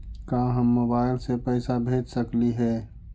का हम मोबाईल से पैसा भेज सकली हे?